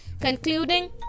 concluding